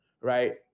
right